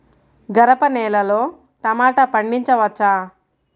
గరపనేలలో టమాటా పండించవచ్చా?